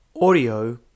Audio